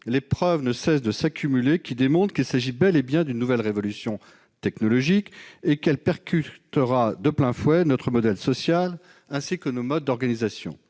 preuves ne cessent de s'accumuler qui démontrent qu'il s'agit bel et bien d'une nouvelle révolution technologique. Elle percutera de plein fouet notre modèle social ainsi que nos modes d'organisation.